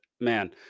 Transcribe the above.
man